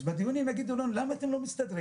אז בדיונים יגידו לנו: למה אתם לא מסתדרים?